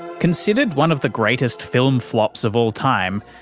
considered one of the greatest film flops of all time,